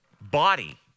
body